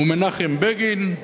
ומנחם בגין,